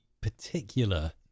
particular